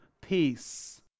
peace